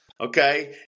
Okay